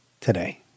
today